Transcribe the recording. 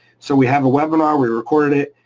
so we have a webinar, we recorded it.